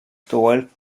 twelve